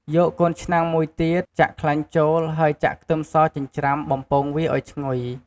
យកកូនឆ្នាំងមួយទៀត ចាក់ខ្លាញ់ចូល ហើយចាក់ខ្ទឹមសចិញ្ច្រាំ បំពងវាឱ្យឈ្ងុយ។